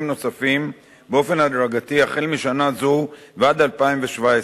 נוספים באופן הדרגתי החל משנה זו ועד 2017,